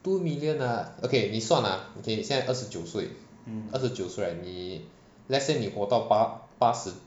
two million ah okay 你算啊现在二十九岁二十九岁你 let's say 你活到八八十